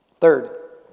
third